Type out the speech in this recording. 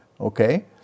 okay